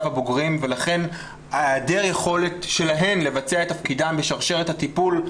הבוגרים ולכן היעדר יכולת שלהן לבצע את תפקידן בשרשרת הטיפול,